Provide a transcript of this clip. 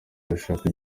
urashaka